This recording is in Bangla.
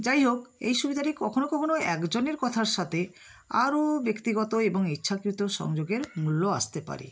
যাই হোক এই সুবিধাটি কখনও কখনও একজনের কথার সাথে আরো ব্যক্তিগত এবং ইচ্ছাকৃত সংযোগের মূল্য আসতে পারে